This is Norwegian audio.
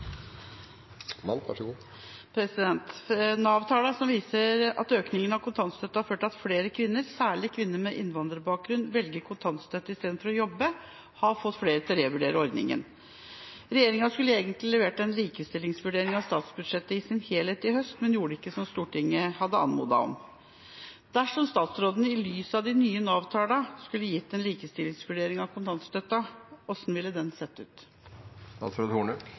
særlig kvinner med innvandrerbakgrunn, velger kontantstøtte i stedet for å jobbe, har fått flere til å revurdere ordningen. Regjeringen skulle egentlig levert en likestillingsvurdering av statsbudsjettet i sin helhet i høst, men gjorde ikke som Stortinget hadde anmodet om. Dersom statsråden i lys av de nye Nav-tallene skulle gitt en likestillingsvurdering av kontantstøtten, hvordan ville den